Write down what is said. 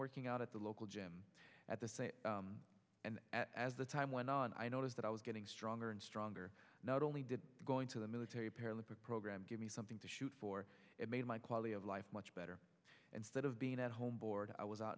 working out at the local gym at the same and as the time went on i noticed that i was getting stronger and stronger not only did going to the military paralympic program give me something to shoot for it made my quality of life much better instead of being at home bored i was out